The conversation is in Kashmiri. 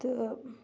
تہٕ